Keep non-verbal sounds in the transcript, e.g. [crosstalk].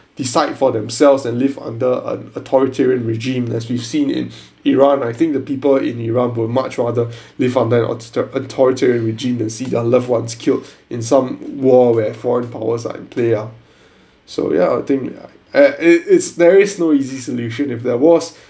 decide for themselves and live under an authoritarian regime as we've seen in [breath] iran I think the people in iran would much rather [breath] live under authori~ authoritarian regime than to see their loved ones killed in some war where foreign powers are in play ah [breath] so yeah I think [noise] it it's there is no easy solution if there was